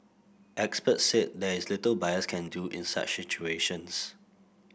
experts said there is little buyers can do in such situations